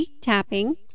tapping